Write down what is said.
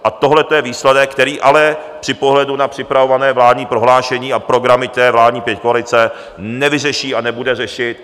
A tohle je výsledek, který ale při pohledu na připravované vládní prohlášení a programy vládní pětikoalice nevyřeší a nebude ani řádně řešit.